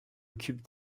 occupe